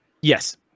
yes